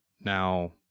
now